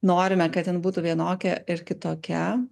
norime kad in būtų vienokia ir kitokia